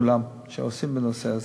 כל העוסקים בנושא הזה.